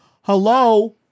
hello